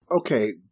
Okay